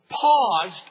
paused